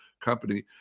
company